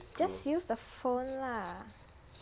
just use the phone lah